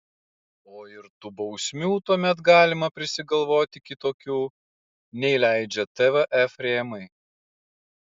o ir tų bausmių tuomet galima prisigalvoti kitokių nei leidžia tvf rėmai